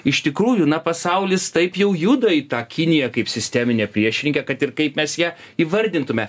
iš tikrųjų na pasaulis taip jau juda į tą kiniją kaip sisteminę priešininkę kad ir kaip mes ją įvardintume